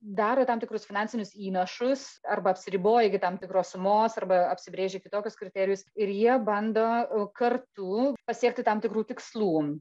daro tam tikrus finansinius įnašus arba apsiriboja iki tam tikros sumos arba apsibrėžia kitokius kriterijus ir jie bando o kartu pasiekti tam tikrų tikslų